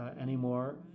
anymore